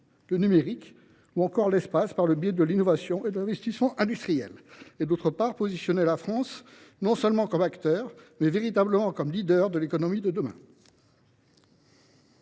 le numérique ou encore l’espace, par le biais de l’innovation et de l’investissement industriel ; d’autre part, positionner la France non seulement comme acteur, mais aussi comme leader de l’économie de demain.